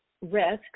risks